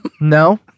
no